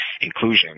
inclusion